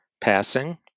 passing